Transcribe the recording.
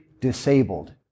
disabled